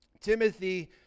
Timothy